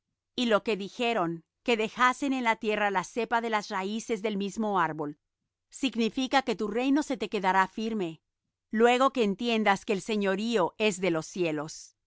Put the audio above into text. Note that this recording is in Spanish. y lo que dijeron que dejasen en la tierra la cepa de las raíces del mismo árbol significa que tu reino se te quedará firme luego que entiendas que el señorío es en los cielos